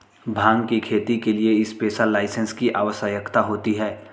भांग की खेती के लिए स्पेशल लाइसेंस की आवश्यकता होती है